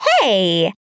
Hey